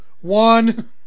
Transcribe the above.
One